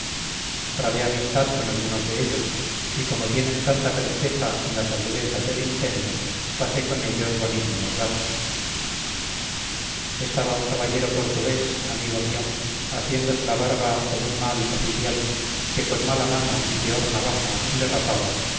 trabé amistad con algunos de ellos y como tienen tanta presteza en las agudezas del ingenio pasé con ellos bonísimos ratos estaba un caballero portugués amigo mío haciéndose la barba con un mal oficial que con mala mano y peor navaja le rapaba